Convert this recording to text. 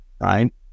right